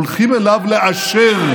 הולכים אליו לאשר.